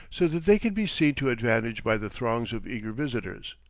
so that they can be seen to advantage by the throngs of eager visitors.